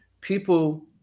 People